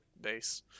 base